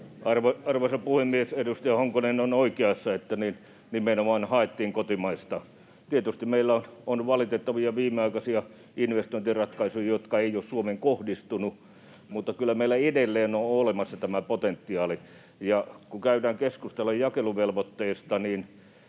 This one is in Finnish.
Arvoisa puhemies! Edustaja Honkonen on oikeassa, että nimenomaan haettiin kotimaista. Tietysti meillä on valitettavia viimeaikaisia investointiratkaisuja, jotka eivät ole Suomeen kohdistuneet, mutta kyllä meillä edelleen on olemassa tämä potentiaali. Ja kun käydään keskustelua jakeluvelvoitteesta, niin